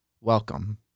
Welcome